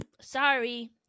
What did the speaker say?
Sorry